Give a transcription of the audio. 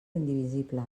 indivisible